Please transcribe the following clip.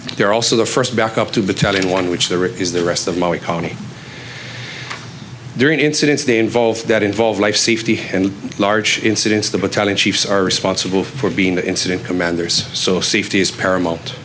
they are also the first backup to battalion one which there is the rest of my colony during incidents they involve that involve life safety and large incidents the battalion chiefs are responsible for being the incident commanders so safety is paramount